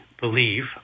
believe